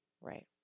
Right